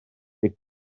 dic